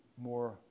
more